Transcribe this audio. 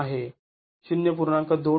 २ आहे ०